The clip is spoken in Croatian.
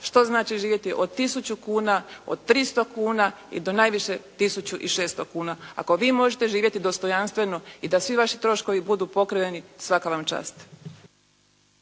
što znači živjeti od tisuću kuna, od 300 kuna i do najviše tisuću 600 kuna. Ako vi možete živjeti dostojanstveno i da svi vaši troškovi budu pokriveni, svaka vam čast.